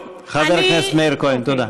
חבר הכנסת מאיר כהן, תודה.